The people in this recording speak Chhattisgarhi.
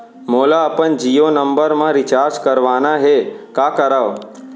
मोला अपन जियो नंबर म रिचार्ज करवाना हे, का करव?